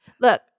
Look